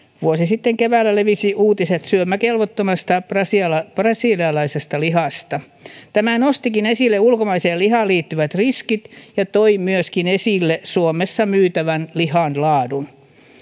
vuosi sitten keväällä levisivät uutiset syömäkelvottomasta brasilialaisesta brasilialaisesta lihasta tämä nostikin esille ulkomaiseen lihaan liittyvät riskit ja toi esille suomessa myytävän lihan laadun